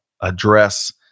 address